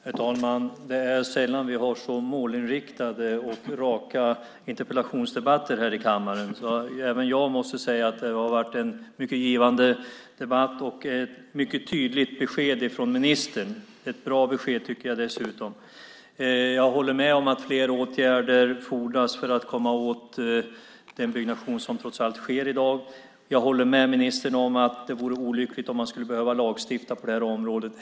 Herr talman! Det är sällan vi har så målinriktade och raka interpellationsdebatter i kammaren som i detta fall. Även jag måste säga att det varit en mycket givande debatt, och vi har fått ett mycket tydligt besked från ministern. Dessutom tycker jag att det är ett bra besked. Jag håller med om att fler åtgärder krävs för att komma åt den byggnation som trots allt sker i dag. Jag håller med ministern om att det vore olyckligt om vi skulle behöva lagstifta på det här området.